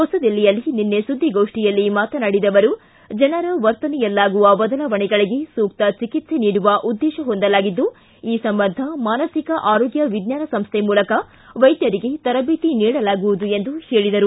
ಹೊಸದಿಲ್ಲಿಯಲ್ಲಿ ನಿನ್ನೆ ಸುದ್ದಿಗೋಷ್ಠಿಯಲ್ಲಿ ಮಾತನಾಡಿದ ಅವರು ಜನರ ವರ್ತನೆಯಲ್ಲಾಗುವ ಬದಲಾವಣೆಗಳಿಗೆ ಸೂಕ್ತ ಚಿಕಿತ್ಸೆ ನೀಡುವ ಉದ್ದೇಶ ಹೊಂದಲಾಗಿದ್ದು ಈ ಸಂಬಂಧ ಮಾನಸಿಕ ಆರೋಗ್ಡ ವಿಚ್ವಾನ ಸಂಸ್ಥೆ ಮೂಲಕ ವೈದ್ಯರಿಗೆ ತರಬೇತಿ ನೀಡಲಾಗುವುದು ಎಂದರು